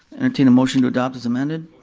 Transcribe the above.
entertain a motion to adopt as um and a